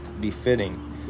befitting